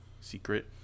secret